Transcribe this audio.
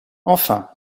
enfin